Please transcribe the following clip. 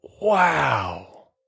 wow